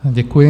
Děkuji.